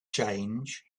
change